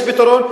יש פתרון,